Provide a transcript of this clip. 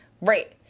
Right